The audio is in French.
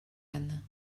anne